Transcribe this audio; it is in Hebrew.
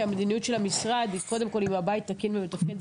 כי המדיניות של המשרד היא קודם כול אם הבית תקין ומתפקד.